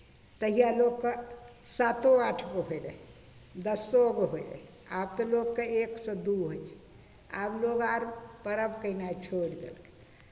तहिया लोककेँ सातो आठ गो होइत रहै दसो गो होइत रहै आब तऽ लोककेँ एकसँ दू होइ छै आब लोक आर पर्व कयनाइ छोड़ि देलकै